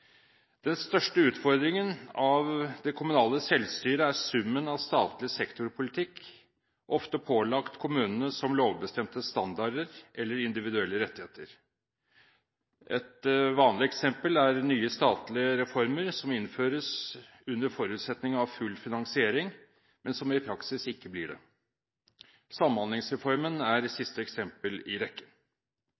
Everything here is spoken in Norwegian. Den største utfordringen for det lokale selvstyret er summen av statlig sektorpolitikk, ofte pålagt kommunene som lovbestemte standarder eller individuelle rettigheter. Et vanlig eksempel er nye statlige reformer som innføres under forutsetning av full finansiering, men som i praksis ikke blir det. Samhandlingsreformen er